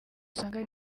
usanga